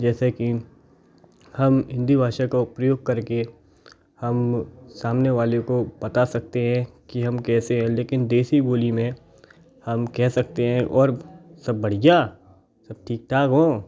जैसे कि हम हिन्दी भाषा का उप्रयोग कर के हम सामाने वाले को पता सकते है कि हम कैसे हैं लेकिन देसी बोली में हम कह सकते हैं और सब बढ़िया सब ठीक ठाक हो